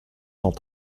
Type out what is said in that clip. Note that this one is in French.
cent